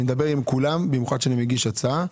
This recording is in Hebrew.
אני מדבר עם כולם במיוחד שאני מגיש הצעה.